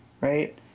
right